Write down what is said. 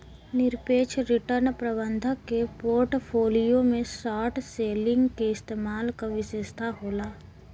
निरपेक्ष रिटर्न प्रबंधक के पोर्टफोलियो में शॉर्ट सेलिंग के इस्तेमाल क विशेषता होला